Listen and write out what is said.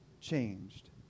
changed